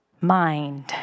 mind